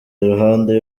iruhande